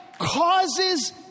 causes